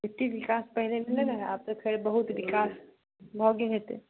एतेक बिकास पहिले नहि रहै आब तऽ खैर बहुत बिकास भऽ गेल होयतै